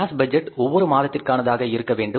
case budget ஒவ்வொரு மாதத்திற்கானதாக இருக்க வேண்டும்